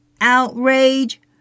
outrage